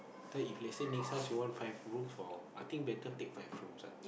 then if let's say next house you want five room for I think better take five rooms ah